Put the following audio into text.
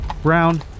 Brown